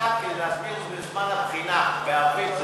אחד כדי להסביר בזמן הבחינה בערבית,